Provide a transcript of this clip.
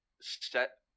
set